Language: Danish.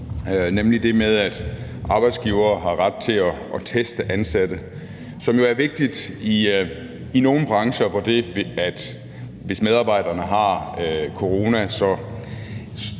nemlig det med, at arbejdsgivere har ret til at teste ansatte, hvilket jo er vigtigt i nogle brancher, hvor det er sådan, at hvis medarbejderne har corona, udgør det